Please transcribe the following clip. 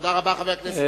תודה רבה, חבר הכנסת מוזס.